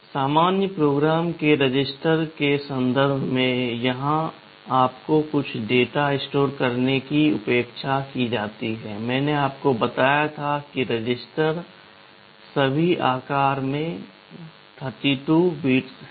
सामान्य प्रयोजन के रजिस्टरों के संदर्भ में जहां आपको कुछ डेटा स्टोर करने की अपेक्षा की जाती है मैंने आपको बताया था कि रजिस्टर सभी आकार में 32 बिट्स हैं